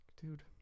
dude